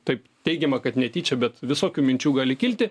taip teigiama kad netyčia bet visokių minčių gali kilti